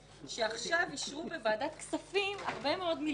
שעכשיו אישרו בוועדת כספים הרבה מאוד מיליונים